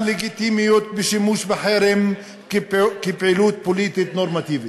לגיטימיות לשימוש בחרם כפעילות פוליטית נורמטיבית.